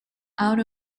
out